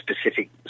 specific